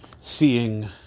seeing